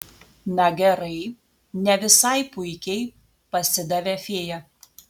na gerai ne visai puikiai pasidavė fėja